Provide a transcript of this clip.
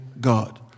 God